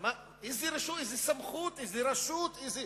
באיזו סמכות, באיזו רשות, איזו